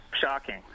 Shocking